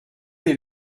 est